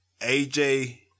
AJ